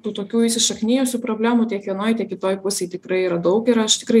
tų tokių įsišaknijusių problemų tiek vienoj tiek kitoj pusėj tikrai yra daug ir aš tikrai